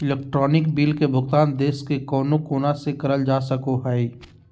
electronic bill के भुगतान देश के कउनो कोना से करल जा सको हय